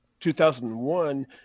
2001